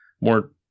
more